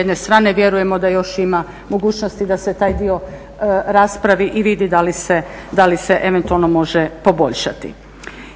s jedne strane. Vjerujemo da još ima mogućnosti da se taj dio raspravi i vidi da li se eventualno može poboljšati.